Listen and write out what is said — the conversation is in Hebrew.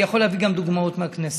אני יכול להביא גם דוגמאות מהכנסת.